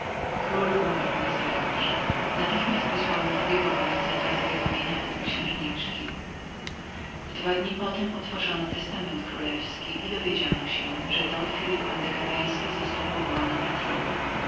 król umarł nazajutrz natychmiast wysłałem drugiego gońca dla zawiadomienia o tem księżniczkę we dwa dni odczytano dość powszechnie testament królewski i dowiedziano się że don phelipe andegaweński został powołanym na tron